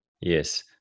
Yes